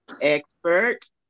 expert